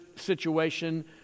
situation